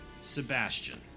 Sebastian